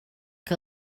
que